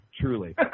truly